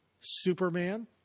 Superman